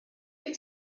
gen